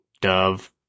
dove